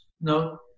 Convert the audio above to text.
no